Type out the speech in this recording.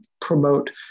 promote